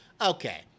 Okay